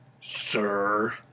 sir